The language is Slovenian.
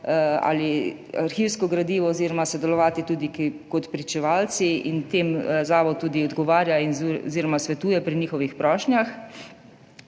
ali arhivsko gradivo oziroma sodelovati tudi kot pričevalci, in tem zavod tudi odgovarja oziroma svetuje pri njihovih prošnjah.